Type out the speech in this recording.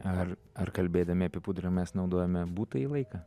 ar ar kalbėdami apie pudrą mes naudojame būtąjį laiką